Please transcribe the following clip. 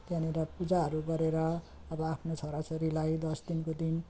त्यहाँनिर पूजाहरू गरेर अब आफ्नो छोराछोरीलाई दस दिनको दिन